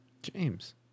James